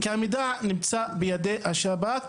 כי המידע נמצא בידי השב"כ,